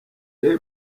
ray